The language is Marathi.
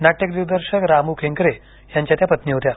नाट्यदिग्दर्शक दामू केंकरे यांच्या त्या पत्नी होत्या